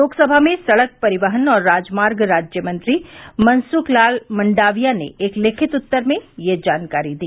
लोकसभा में सड़क परिवहन और राजमार्ग राज्यमंत्री मनसुख लाल मंडाविया ने एक लिखित उत्तर में यह जानकारी दी